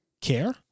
care